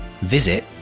visit